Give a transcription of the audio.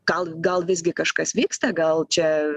gal gal visgi kažkas vyksta gal čia